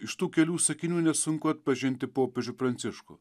iš tų kelių sakinių nesunku atpažinti popiežių pranciškų